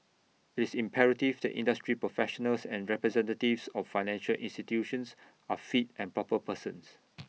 it's imperative that industry professionals and representatives of financial institutions are fit and proper persons